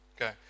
Okay